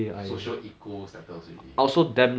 social eco status already